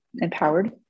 empowered